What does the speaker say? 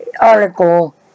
article